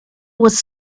was